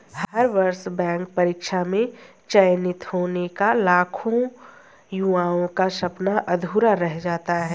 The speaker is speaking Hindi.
हर वर्ष बैंक परीक्षा में चयनित होने का लाखों युवाओं का सपना अधूरा रह जाता है